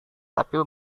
tapi